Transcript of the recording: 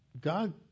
God